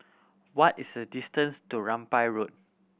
what is the distance to Rambai Road